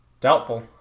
Doubtful